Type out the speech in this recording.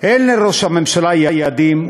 אין לראש הממשלה יעדים,